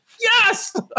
Yes